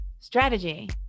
Strategy